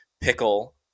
pickle